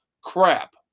crap